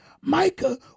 Micah